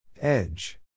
Edge